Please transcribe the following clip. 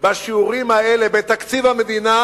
בשיעורים האלה בתקציב המדינה,